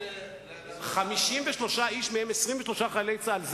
53 אנשים, 23 מהם חיילי צה"ל.